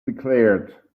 declared